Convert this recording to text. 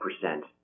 percent